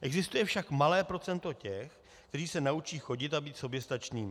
Existuje však malé procento těch, kteří se naučí chodit a být soběstačnými.